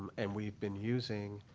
and we've been using